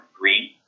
green